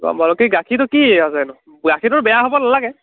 কি গাখীৰটো কি বেয়ানো গাখীৰটো বেয়া হ'ব নালাগে